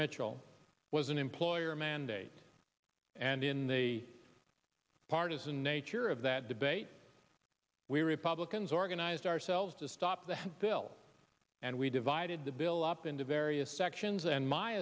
mitchell was an employer mandate and in the partisan nature of that debate we republicans organized ourselves to stop the bill and we divided the bill up into various sections and my